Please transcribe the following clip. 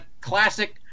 classic